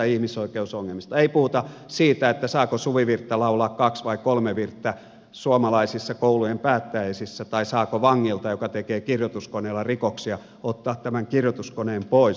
ei puhuta siitä että saako suvivirttä laulaa kaksi vai kolme säkeistöä suomalaisissa koulujen päättäjäisissä tai saako vangilta joka tekee kirjoituskoneella rikoksia ottaa tämän kirjoituskoneen pois